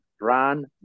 Run